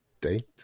date